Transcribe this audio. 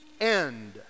end